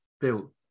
built